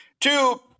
Two